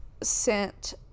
sent